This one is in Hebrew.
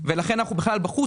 לכן אנחנו בחוץ,